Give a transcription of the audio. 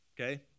Okay